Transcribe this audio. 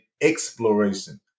exploration